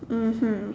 mmhmm